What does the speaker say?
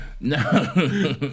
No